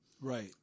Right